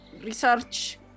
research